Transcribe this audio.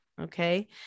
okay